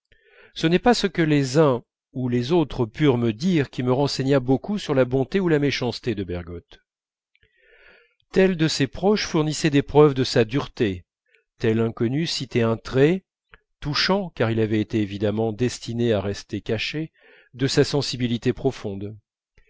ce n'est pas ce que les uns ou les autres purent me dire qui me renseigna beaucoup sur la bonté ou la méchanceté de bergotte tel de ses proches fournissait des preuves de sa dureté tel inconnu citait un trait touchant car il avait été évidemment destiné à rester caché de sa sensibilité profonde